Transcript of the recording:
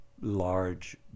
large